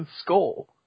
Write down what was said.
skull